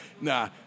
Nah